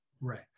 Right